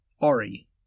Ari